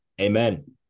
Amen